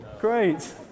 Great